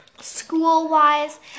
school-wise